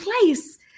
place